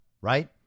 right